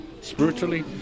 spiritually